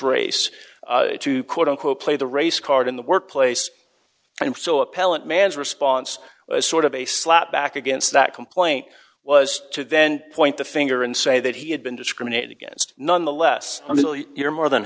race to quote unquote play the race card in the workplace and so appellant man's response was sort of a slap back against that complaint was to then point the finger and say that he had been discriminated against nonetheless you're more than